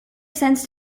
sense